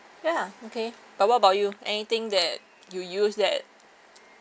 ya okay but what about you anything that you use that